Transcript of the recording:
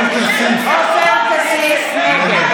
נגד